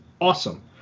awesome